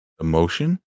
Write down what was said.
Emotion